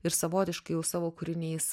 ir savotiškai jau savo kūriniais